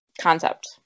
concept